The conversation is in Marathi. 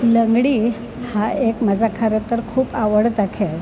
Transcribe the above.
लंगडी हा एक माझा खरं तर खूप आवडता खेळ